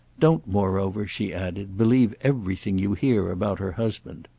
don't, moreover, she added, believe everything you hear about her husband.